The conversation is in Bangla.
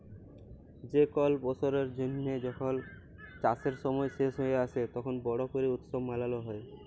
যে কল বসরের জ্যানহে যখল চাষের সময় শেষ হঁয়ে আসে, তখল বড় ক্যরে উৎসব মালাল হ্যয়